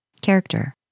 Character